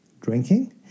Drinking